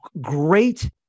great